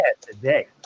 today